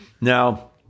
now